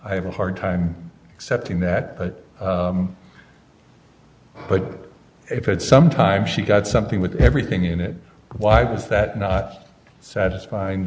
have a hard time accepting that but if i had some time she got something with everything in it why was that not satisfying